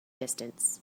distance